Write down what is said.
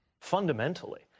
Fundamentally